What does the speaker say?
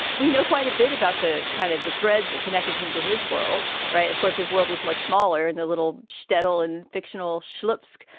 we know quite a bit about the kind of the threads that connected him to his world. right. of course, his world was much smaller and the little shtetl and fictional klipsch. so